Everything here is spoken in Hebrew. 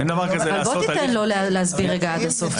אין דבר כזה לעשות הליך --- תן לו רגע להסביר עד הסוף.